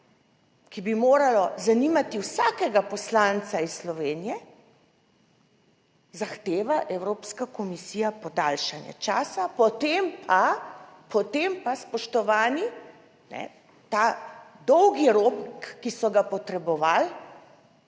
ki bi moralo zanimati vsakega poslanca iz Slovenije, zahteva Evropska komisija podaljšanje časa, potem pa, spoštovani, ta dolgi rok, ki so ga potrebovali,